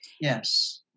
Yes